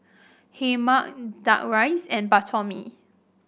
Hae Mee duck rice and Bak Chor Mee